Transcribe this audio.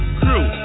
crew